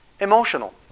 Emotional